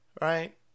right